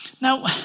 Now